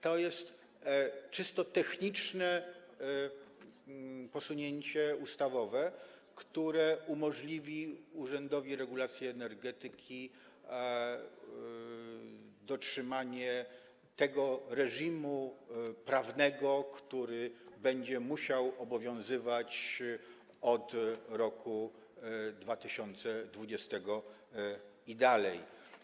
To jest czysto techniczne posunięcie ustawowe, które umożliwi Urzędowi Regulacji Energetyki dotrzymanie tego reżimu prawnego, który będzie musiał obowiązywać od roku 2020 i dalej.